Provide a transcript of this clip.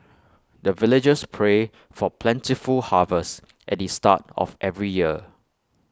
the villagers pray for plentiful harvest at the start of every year